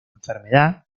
enfermedad